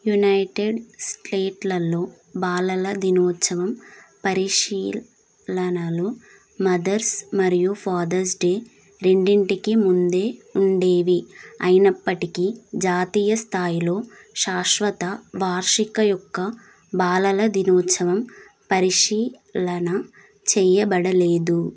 United స్టేట్లల్లో బాలల దినోత్సవం పరిశీలనలు మదర్స్ మరియు ఫాదర్స్ డే రెండింటికి ముందే ఉండేవి అయినప్పటికి జాతీయ స్థాయిలో శాశ్వత వార్షిక యొక్క బాలల దినోత్సవం పరిశీలన చెయ్యబడలేదు